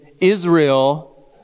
Israel